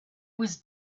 was